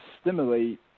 stimulate